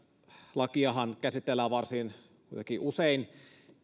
lakiahan käsitellään varsin usein